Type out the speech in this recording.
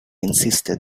insisted